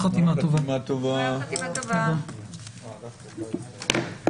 הישיבה ננעלה בשעה 18:00.